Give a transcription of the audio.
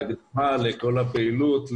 הפעילות.